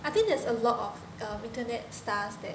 I think there's a lot of err internet stars that